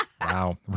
Wow